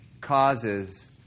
causes